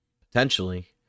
potentially